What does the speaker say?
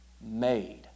made